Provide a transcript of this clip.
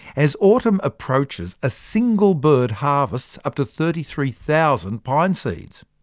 as autumn approaches, a single bird harvests up to thirty three thousand pine seeds.